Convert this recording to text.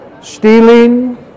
stealing